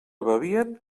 bevien